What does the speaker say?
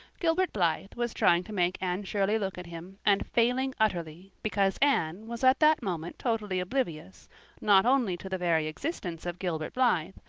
gilbert blythe was trying to make anne shirley look at him and failing utterly, because anne was at that moment totally oblivious not only to the very existence of gilbert blythe,